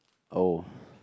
oh